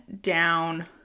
down